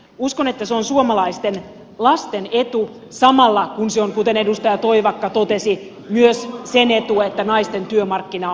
uskon että se on suomalaisten lasten etu samalla kun se on kuten edustaja toivakka totesi myös sen etu että naisten työmarkkina asema paranee